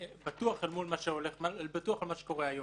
בטוח אל מול מה שקורה היום.